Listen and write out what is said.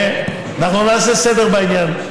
ואנחנו נעשה סדר בעניין.